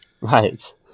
Right